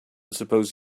suppose